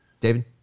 David